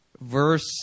verse